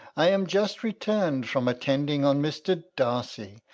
i am just returned from attending on mr. darcy.